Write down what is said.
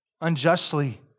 unjustly